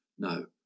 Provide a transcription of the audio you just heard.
No